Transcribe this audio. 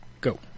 go